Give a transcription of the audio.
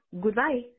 Goodbye